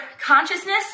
consciousness